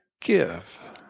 give